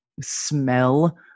smell